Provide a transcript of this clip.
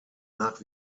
nach